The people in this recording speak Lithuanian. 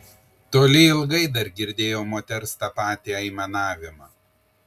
toli ilgai dar girdėjau moters tą patį aimanavimą